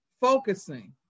focusing